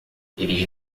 eles